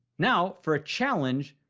now for a challenge,